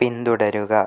പിന്തുടരുക